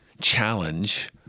challenge